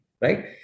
right